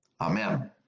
Amen